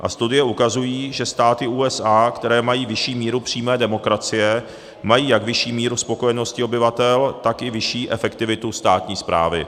A studie ukazují, že státy USA, které mají vyšší míru přímé demokracie, mají jak vyšší míru spokojenosti obyvatel, tak i vyšší efektivitu státní správy.